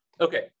Okay